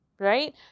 Right